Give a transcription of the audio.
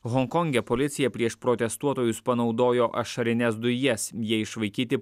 honkonge policija prieš protestuotojus panaudojo ašarines dujas jie išvaikyti